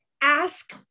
ask